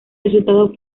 resultado